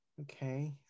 okay